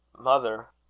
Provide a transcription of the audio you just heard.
mother!